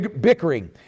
bickering